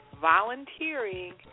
volunteering